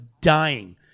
dying